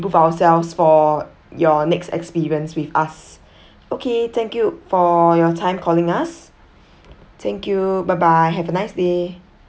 improve ourselves for your next experience with us okay thank you for your time calling us thank you bye bye have a nice day